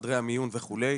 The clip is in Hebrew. חדרי המיון וכו'.